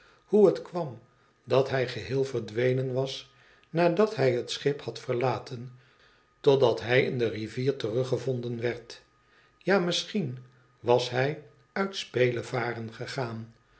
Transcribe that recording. hoe het kwam dat hij geheel verdenen was nadat hij het schip had verlaten totdat hij in de rivier teruggevonden werd ja misschien was hij uit spelevaren gegaan